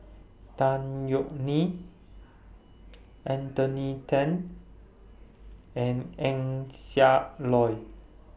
Tan Yeok Nee Anthony Then and Eng Siak Loy